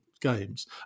games